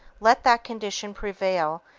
let that condition prevail,